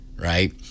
right